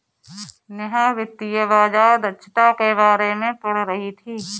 नेहा वित्तीय बाजार दक्षता के बारे में पढ़ रही थी